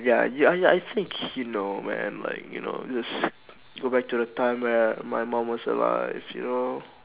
ya ya ya I think you know man like you know just go back to the time when my mum was alive you know